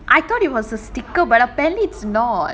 I thought it was a sticker but apparently it's not